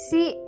See